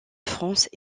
france